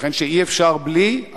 ייתכן שאי-אפשר בלי,